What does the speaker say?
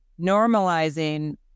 normalizing